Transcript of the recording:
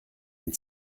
den